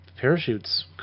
parachutes